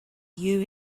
you